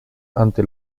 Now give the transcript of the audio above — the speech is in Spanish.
ante